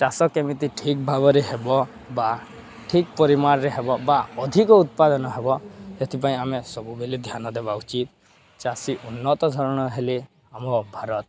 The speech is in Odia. ଚାଷ କେମିତି ଠିକ୍ ଭାବରେ ହେବ ବା ଠିକ୍ ପରିମାଣରେ ହେବ ବା ଅଧିକ ଉତ୍ପାଦନ ହେବ ସେଥିପାଇଁ ଆମେ ସବୁବେଳେ ଧ୍ୟାନ ଦେବା ଉଚିତ ଚାଷୀ ଉନ୍ନତ ଧରଣ ହେଲେ ଆମ ଭାରତ